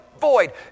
void